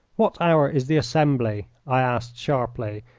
what hour is the assembly? i asked, sharply,